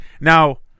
Now